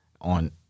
on